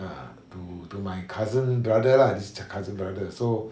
ya to to my cousin brother lah this cousin brother so